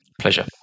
Pleasure